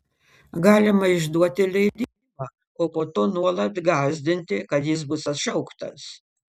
galima išduoti leidimą o po to nuolat gąsdinti kad jis bus atšauktas